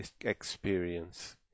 experience